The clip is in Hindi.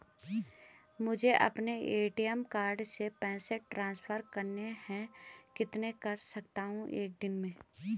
मुझे अपने ए.टी.एम कार्ड से पैसे ट्रांसफर करने हैं कितने कर सकता हूँ एक दिन में?